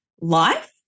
life